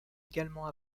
également